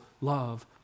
love